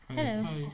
Hello